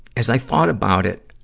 as i thought about it,